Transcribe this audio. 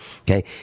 okay